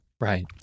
Right